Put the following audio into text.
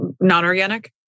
non-organic